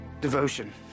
Devotion